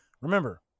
Remember